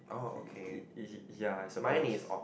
ya I suppose